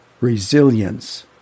resilience